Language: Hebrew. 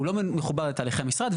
הוא לא מחובר לתהליכי המשרד,